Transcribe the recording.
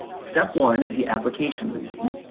step one is the application reading.